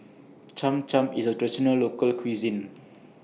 Cham Cham IS A Local Cuisine